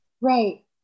right